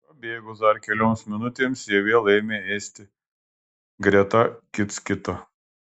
prabėgus dar kelioms minutėms jie vėl ėmė ėsti greta kits kito